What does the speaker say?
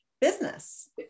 business